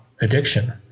addiction